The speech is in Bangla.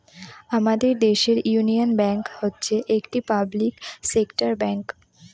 আমাদের দেশের ইউনিয়ন ব্যাঙ্ক হচ্ছে একটি পাবলিক সেক্টর ব্যাঙ্ক